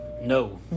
No